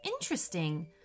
interesting